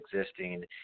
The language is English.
existing